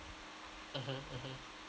mmhmm mmhmm